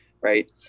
Right